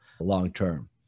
long-term